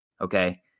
Okay